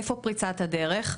איפה פריצת הדרך?